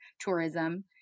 tourism